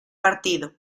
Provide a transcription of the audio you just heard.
partido